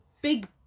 big